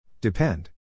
Depend